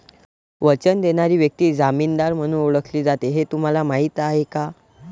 वचन देणारी व्यक्ती जामीनदार म्हणून ओळखली जाते हे तुम्हाला माहीत आहे का?